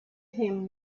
him